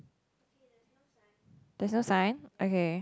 there's no sign okay